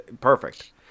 Perfect